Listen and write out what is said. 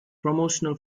promotional